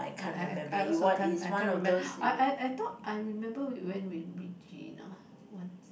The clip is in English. I I I I also can't I can't remember I I I thought I remember we went with Regina once